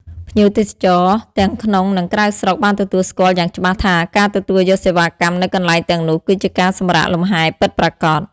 ភ្ញៀវទេសចរទាំងក្នុង និងក្រៅស្រុកបានទទួលស្គាល់យ៉ាងច្បាស់ថាការទទួលយកសេវាកម្មនៅកន្លែងទាំងនោះគឺជាការសម្រាកលំហែពិតប្រាកដ។